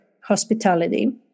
Hospitality